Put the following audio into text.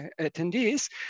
attendees